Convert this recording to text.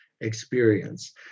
experience